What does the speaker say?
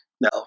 No